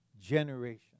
generation